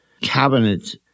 cabinet